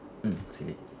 mm finish